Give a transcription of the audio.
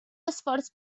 esforç